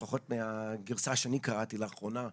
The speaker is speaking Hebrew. לפחות מהגרסה שאני קראתי לאחרונה,